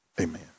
amen